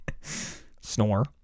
Snore